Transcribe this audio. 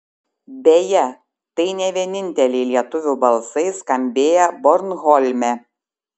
beje tai ne vieninteliai lietuvių balsai skambėję bornholme